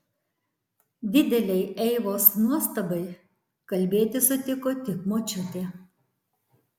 didelei eivos nuostabai kalbėti sutiko tik močiutė